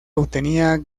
obtenían